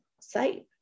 site